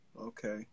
Okay